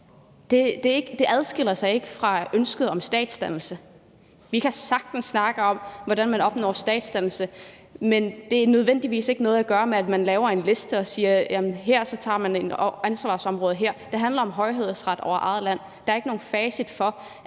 det adskiller sig ikke fra ønsket om statsdannelse. Vi kan sagtens snakke om, hvordan man opnår statsdannelse, men det har ikke nødvendigvis noget at gøre med, at man laver en liste og siger, hvilke ansvarsområder man tager. Det handler om højhedsret over eget land; der er ikke noget facit for